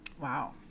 Wow